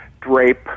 drape